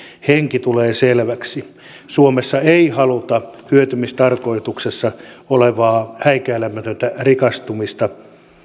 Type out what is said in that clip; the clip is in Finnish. henki tulee selväksi suomessa ei haluta hyötymistarkoituksessa olevaa häikäilemätöntä rikastumista